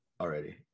already